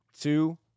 two